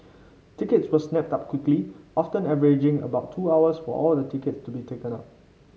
tickets were snapped up quickly often averaging about two hours for all the tickets to be taken up